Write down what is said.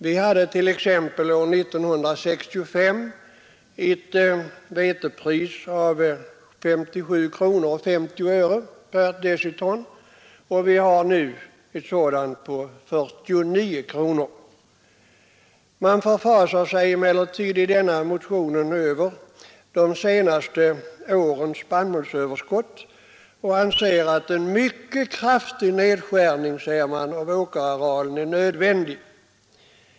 Vi hade t.ex. år 1965 ett vetepris av 57 kronor 50 öre per deciton, och vi har nu ett vetepris på 49 kronor. Man förfasar sig emellertid i motionen över de senaste årens spannmålsöverskott och anser att en mycket kraftig nedskärning av den odlade arealen är nödvändig.